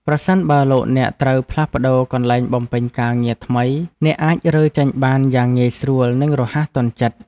ប្រសិនបើលោកអ្នកត្រូវផ្លាស់ប្តូរកន្លែងបំពេញការងារថ្មី អ្នកអាចរើចេញបានយ៉ាងងាយស្រួលនិងរហ័សទាន់ចិត្ត។